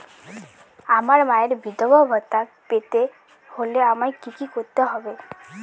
আমার মায়ের বিধবা ভাতা পেতে হলে আমায় কি কি করতে হবে?